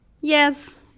Yes